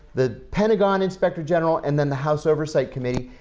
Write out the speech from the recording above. the pentagon inspector general, and then the house oversight committee.